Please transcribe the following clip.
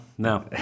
No